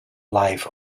life